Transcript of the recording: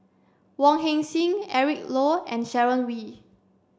Wong Heck Sing Eric Low and Sharon Wee